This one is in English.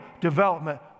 development